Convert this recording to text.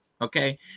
okay